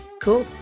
cool